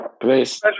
Please